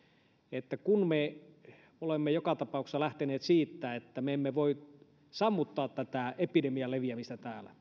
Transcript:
että kun me olemme joka tapauksessa lähteneet siitä että me emme voi sammuttaa tätä epidemian leviämistä täällä